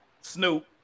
snoop